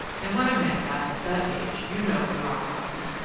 and when a man passes that age, you know, in our province,